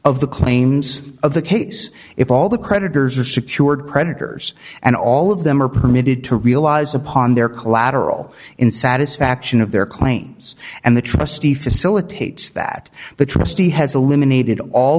of the claims of the case if all the creditors are secured creditors and all of them are permitted to realize upon their collateral in satisfaction of their claims and the trustee facilitates that the trustee has eliminated all